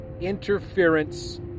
interference